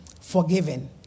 forgiven